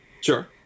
Sure